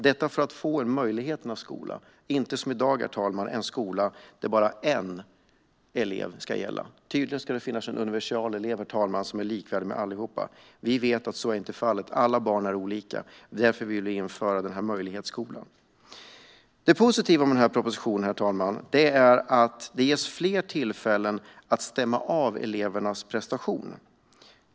Vi vill få en möjligheternas skola, och inte ha det som i dag där bara en elev ska gälla. Tydligen ska det finnas en universell elev, herr talman, som alla ska likna. Vi vet att detta inte går. Alla barn är olika, och därför vill vi införa en möjlighetsskola. Det positiva med propositionen är att fler tillfällen att stämma av elevernas prestation ges.